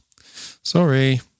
Sorry